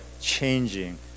changing